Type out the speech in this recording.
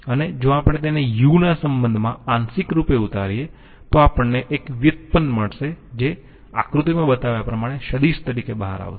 અને જો આપણે તેને u ના સંબંધમાં આંશિક રૂપે ઉતારીએ તો આપણને એક વ્યુત્પન્ન મળશે જે આકૃતિમાં બતાવ્યા પ્રમાણે સદિશ તરીકે બહાર આવશે